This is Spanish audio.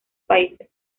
países